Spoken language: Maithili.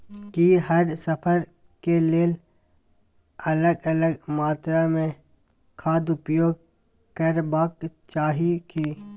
की हर फसल के लेल अलग अलग मात्रा मे खाद उपयोग करबाक चाही की?